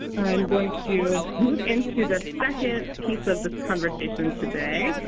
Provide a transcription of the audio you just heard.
i'm going to move into the second piece of this conversation today,